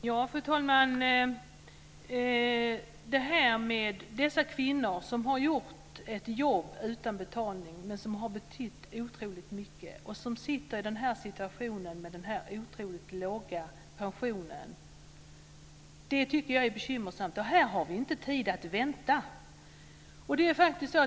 Fru talman! Jag tycker att det är bekymmersamt att dessa kvinnor, som har gjort ett jobb utan betalning men som har betytt otroligt mycket, är i den situationen att de har en otroligt låg pension. Här har vi inte tid att vänta.